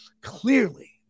clearly